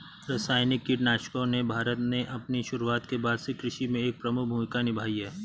रासायनिक कीटनाशकों ने भारत में अपनी शुरूआत के बाद से कृषि में एक प्रमुख भूमिका निभाई हैं